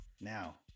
Now